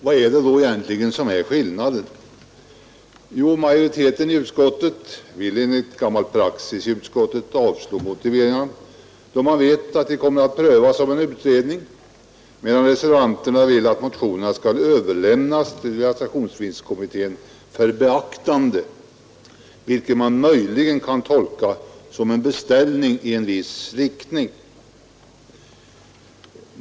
Vad är det då egentligen som är skillnaden? Jo, majoriteten i utskottet vill enligt gammal praxis i utskottet avstyrka motionerna, då man vet att motiveringarna kommer att prövas av en utredning, medan reservanterna vill att motionerna skall överlämnas till realisationsvinstkommittén för beaktande, vilket man möjligen kan tolka som en beställning i en viss riktning.